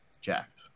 jacked